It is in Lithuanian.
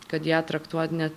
kad ją traktuot ne